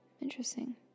Interesting